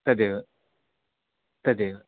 तदेव तदेव